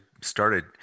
started